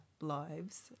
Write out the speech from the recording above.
lives